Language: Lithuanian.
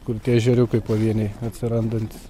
kur tie ežeriukai pavieniai atsirandantys